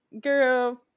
Girl